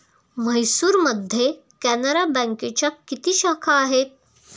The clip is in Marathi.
म्हैसूरमध्ये कॅनरा बँकेच्या किती शाखा आहेत?